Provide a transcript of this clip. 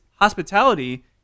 hospitality